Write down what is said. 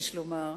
יש לומר,